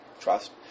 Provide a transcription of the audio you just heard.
Trust